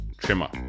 trimmer